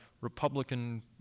Republican